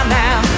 now